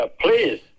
Please